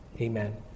amen